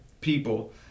people